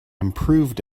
improved